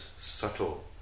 subtle